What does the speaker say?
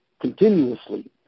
continuously